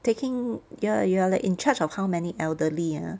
taking you are you are like in charge of how many elderly ah